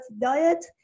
diet